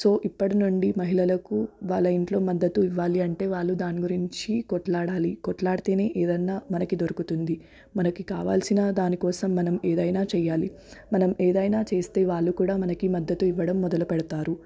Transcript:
so ఇప్పటినుండి మహిళలకు వాళ్ళ ఇంట్లో మద్దతు ఇవ్వాలి అంటే వాళ్ళు దానిగురించి కొట్లాడాలి కొట్లాడితేనే ఏదన్నా మనకి దొరుకుతుంది మనకి కావలసిన దానికోసం మనం ఏదైనా చెయ్యాలి మనం ఏదైనా చేస్తే వాళ్ళు కూడా మనకి మద్దతు ఇవ్వడం మొదలుపెడతారు